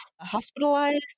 hospitalized